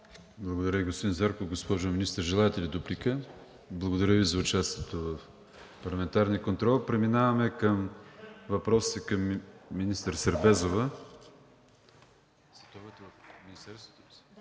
Благодаря, господин Зарков. Госпожо Министър, желаете ли дуплика? Благодаря Ви за участието в парламентарния контрол. Преминаваме към въпросите към министър Сербезова.